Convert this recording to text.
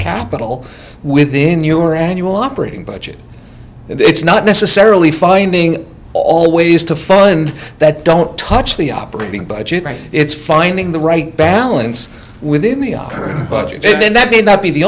capital within your annual operating budget and it's not necessarily finding all ways to fund that don't touch the operating budget right it's finding the right balance within the our budget and that may not be the